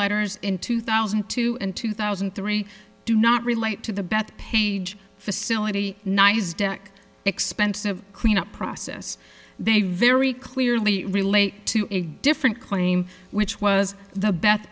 letters in two thousand and two and two thousand and three do not relate to the bethpage facility ny is dec expensive cleanup process they very clearly relate to a different claim which was the be